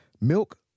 milk